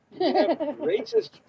Racist